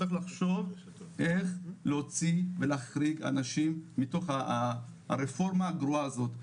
צריך לחשוב איך להוציא ולהחריג אנשים מתוך הרפורמה הגרועה הזאת.